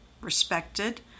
respected